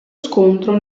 scontro